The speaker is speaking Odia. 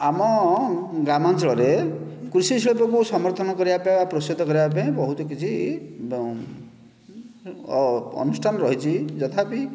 ଆମ ଗ୍ରାମାଞ୍ଚଳରେ କୃଷି ଶିଳ୍ପକୁ ସମର୍ଥନ କରିବା ପାଇଁ ଆଉ ପ୍ରୋତ୍ସାହିତ କରିବା ପାଇଁ ବହୁତ କିଛି ଅନୁଷ୍ଠାନ ରହିଛି ତଥାବି